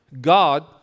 God